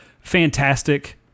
fantastic